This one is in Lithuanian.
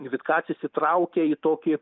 vitkacis įtraukia į tokį